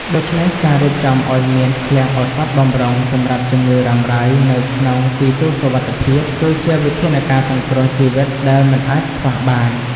ដូច្នេះ ការរៀបចំឱ្យមានឃ្លាំងឱសថបម្រុងសម្រាប់ជំងឺរ៉ាំរ៉ៃនៅក្នុងទីទួលសុវត្ថិភាព គឺជាវិធានការសង្គ្រោះជីវិតដែលមិនអាចខ្វះបាន។